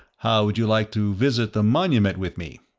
how would you like to visit the monument with me?